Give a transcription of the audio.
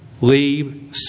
leave